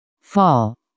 fall